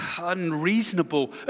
unreasonable